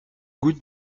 goutte